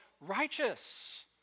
righteous